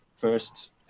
first